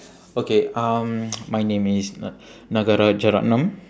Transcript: okay um my name is n~ nagarajaratnam